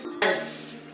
Yes